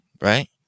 right